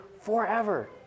forever